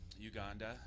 Uganda